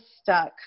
stuck